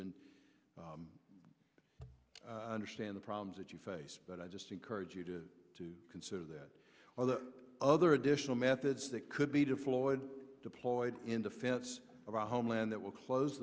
and understand the problems that you face but i just encourage you to to consider that all the other additional methods that could be deployed deployed in defense of our homeland that will close